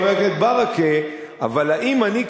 חבר הכנסת ברכה: אבל האם אני,